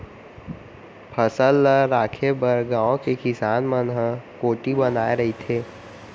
फसल ल राखे बर गाँव के किसान मन ह कोठी बनाए रहिथे